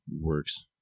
works